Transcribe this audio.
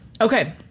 Okay